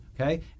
okay